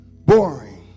boring